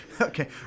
Okay